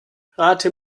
rate